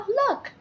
look，